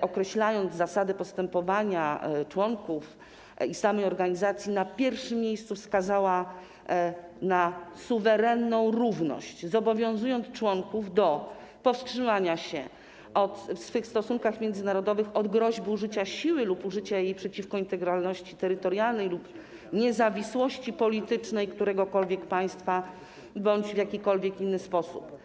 określając zasady postępowania członków i samej organizacji, na pierwszym miejscu wskazała suwerenną równość, zobowiązującą członków do powstrzymania się w swych stosunkach międzynarodowych od groźby użycia siły lub użycia jej przeciwko integralności terytorialnej lub niezawisłości politycznej któregokolwiek państwa bądź w jakikolwiek inny sposób.